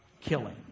killing